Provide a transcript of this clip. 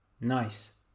nice